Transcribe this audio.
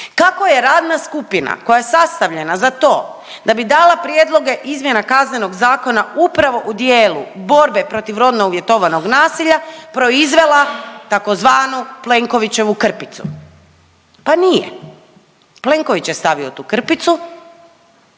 kako je radna skupina koja je sastavljena za to da bi dala prijedloge izmjena Kaznenog zakona upravo u dijelu borbe protiv rodno uvjetovanog nasilja, proizvela tzv. Plenkovićevu krpicu. Pa nije Plenković je stavio tu krpicu.